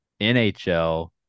NHL